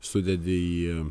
sudedi į